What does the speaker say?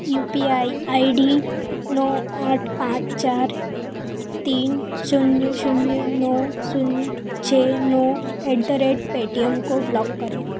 you P I I D नौ आठ पाँच चार तीन शून्य शून्य नो शून्य छः नौ एट द रेट पेटीएम को ब्लॉक करें